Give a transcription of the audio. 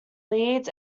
leeds